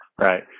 right